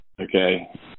okay